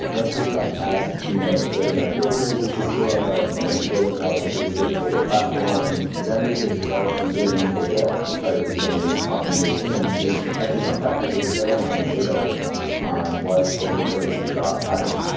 once we got past you know getting our databases to scale and kind of building out a basic data platform then we could start using the data to try to do some of these optimization and actually thumbtack has a fair amount of data on what local services jobs happen.